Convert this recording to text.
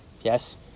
Yes